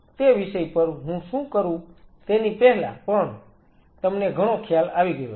તે વિષય પર હું શરુ કરું તેની પહેલા પણ તમને ઘણો ખ્યાલ આવી ગયો છે